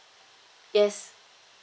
yes